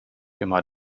immer